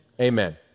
Amen